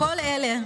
כל אלה,